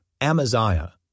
Amaziah